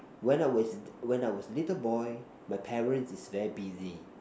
when I was when I was a little boy my parents is very busy